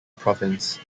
province